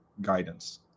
guidance